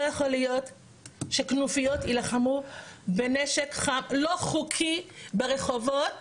לא יכול להיות שכנופיות ילחמו בנשק חם לא חוקי ברחובות